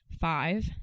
Five